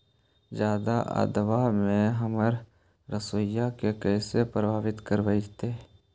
जादा आद्रता में हमर सरसोईय के कैसे प्रभावित करतई?